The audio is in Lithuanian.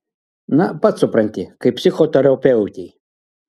na pats supranti kaip psichoterapeutei